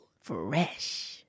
Fresh